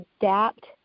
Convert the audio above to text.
adapt